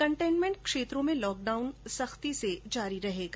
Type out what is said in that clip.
containment क्षेत्रों में lockdown सख्ती से जारी रहेगा